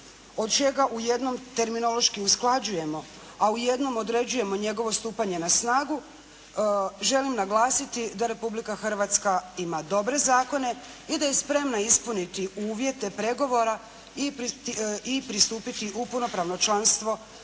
od čega u jednom terminološki usklađujemo, a u jednom određujemo njegovo stupanje na snagu. Želim naglasiti da Republika Hrvatska ima dobre zakone i da je spremna ispuniti uvjete pregovora i pristupiti u punopravno članstvo u